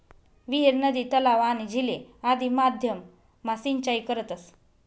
विहीर, नदी, तलाव, आणि झीले आदि माध्यम मा सिंचाई करतस